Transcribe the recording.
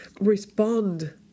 respond